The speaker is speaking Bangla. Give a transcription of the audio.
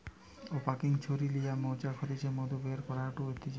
অংক্যাপিং ছুরি লিয়া মৌচাক হইতে মধু বের করাঢু হতিছে